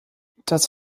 das